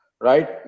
right